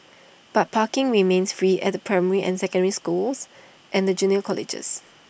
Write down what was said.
but parking remains free at the primary and secondary schools and the junior colleges